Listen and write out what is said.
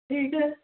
ठीक है